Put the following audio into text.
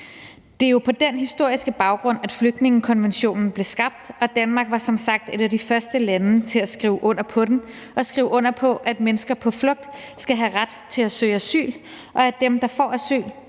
Det er jo på den historiske baggrund, at flygtningekonventionen blev skabt, og Danmark var som sagt et af de første lande til at skrive under på den og skrive under på, at mennesker på flugt skal have ret til at søge asyl, og at dem, der får asyl,